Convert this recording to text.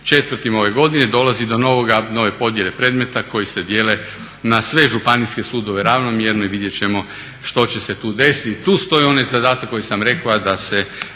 sa 1.04. ove godine dolazi do nove podjele predmeta koji se dijele na sve županijske sudove ravnomjerno. I vidjet ćemo što će se tu desiti. Tu stoji onaj zadatak koji sam rekao da se